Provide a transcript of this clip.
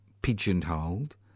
pigeonholed